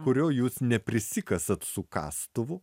kurio jūs neprisikasat su kastuvu